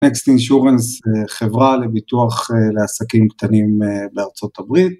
Next Insurance, חברה לביטוח לעסקים קטנים בארצות הברית.